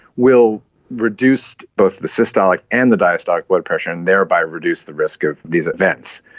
will reduce both the systolic and the diastolic blood pressure and thereby reduce the risk of these events.